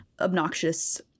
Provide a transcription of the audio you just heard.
obnoxious